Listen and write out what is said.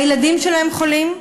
הילדים שלהם חולים,